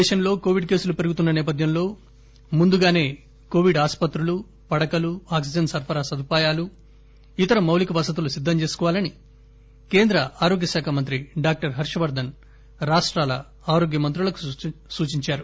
దేశంలో కోవిడ్ కేసులు పెరుగుతున్న నేపథ్యంలో ముందుగానే కోవిడ్ ఆసుపత్రులు పడకలు ఆక్సిజన్ సరఫరా సదుపాయాలు ఇతర మౌలిక వసతులు సిద్దం చేసుకోవాలని కేంద్ర ఆరోగ్య శాఖ మంత్రి డాక్టర్ హర్ష వర్గస్ రాష్టాల ఆరోగ్య మంత్రులకు సూచిందారు